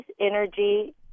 energy